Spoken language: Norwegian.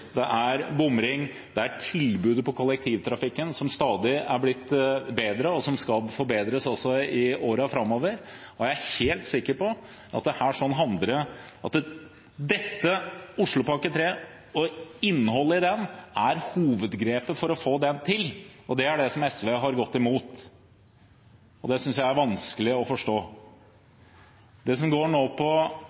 det er bomring, og det er tilbudet på kollektivtrafikken, som stadig er blitt bedre, og som også skal forbedres i årene framover. Jeg er helt sikker på at dette – Oslopakke 3 og innholdet i den – er hovedgrepet for å få det til, og det er det SV har gått imot. Det synes jeg er vanskelig å forstå. E18 vestover handler om å få til en sentral del av pakken, og så er det viktig å se på